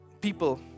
people